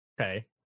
Okay